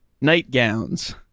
Nightgowns